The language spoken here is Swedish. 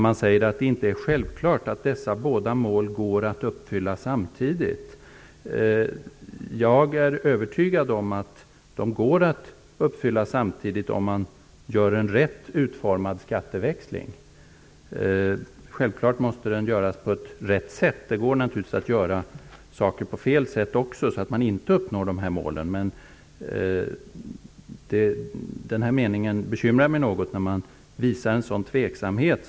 Man skriver att det inte är självklart att dessa båda mål går att uppfylla samtidigt. Jag är övertygad om att de går att uppfylla samtidigt om man gör en rätt utformad skatteväxling. Självfallet måste den göras på rätt sätt. Det går naturligtvis att göra saker på fel sätt också, så att man inte uppnår målen. Meningen bekymrar mig något, eftersom den tyder på en sådan tveksamhet.